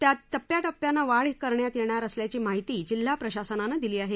त्यात टप्प्याटप्प्याने वाढ करण्यात येणार असल्याची माहिती जिल्हा प्रशासनाने दिली आहे